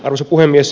arvoisa puhemies